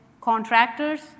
contractors